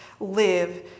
live